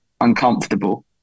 uncomfortable